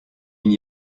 n’y